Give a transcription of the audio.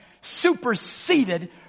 superseded